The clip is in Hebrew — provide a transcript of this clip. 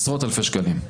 עשרות אלפי שקלים.